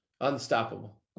Unstoppable